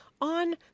on